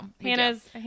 Hannah's